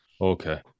Okay